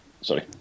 Sorry